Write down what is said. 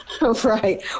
Right